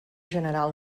general